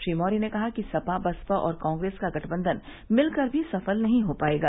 श्री मौर्य ने कहा कि सपा बसपा और कांग्रेस का गठबंधन मिलकर भी सफल नहीं हो पायेगा